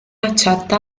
accetta